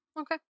Okay